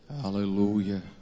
Hallelujah